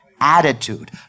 attitude